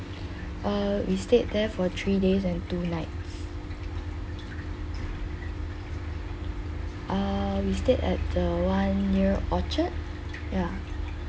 uh we stayed there for three days and two nights err we stayed at the one near orchard ya